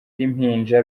impinja